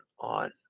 on